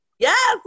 Yes